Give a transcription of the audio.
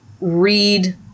read